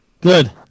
Good